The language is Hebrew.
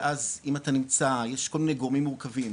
ואז אם אתה נמצא יש כל מיני גורמים מורכבים,